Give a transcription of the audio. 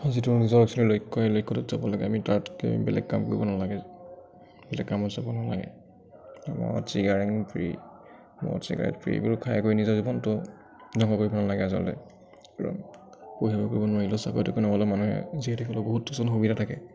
যিটো নিজৰ আচলতে লক্ষ্য সেই লক্ষ্যটোত যাব লাগে আমি তাতকৈ বেলেগ কাম কৰিব নালাগে বেলেগ কামত যাব নালাগে মদ চিগাৰেট বিড়ি মদ চিগাৰেট বিড়িবোৰ খাই কৰি নিজৰ জীৱনটো ধ্বংস কৰিব নালাগে আচলতে কাৰণ পঢ়িৰ কৰিব নোৱাৰিলেঁ চাকৰি তাকৰি নাপালে মানুহে যি তি ক'বলৈ বহুত কিছুমান সুবিধা থাকে